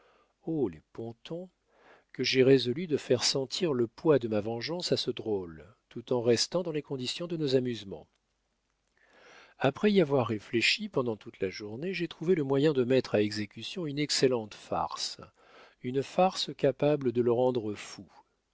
les pontons que j'ai résolu de faire sentir le poids de ma vengeance à ce drôle tout en restant dans les conditions de nos amusements après y avoir réfléchi pendant toute la journée j'ai trouvé le moyen de mettre à exécution une excellente farce une farce capable de le rendre fou